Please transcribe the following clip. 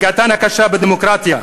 פגיעתן הקשה בדמוקרטיה.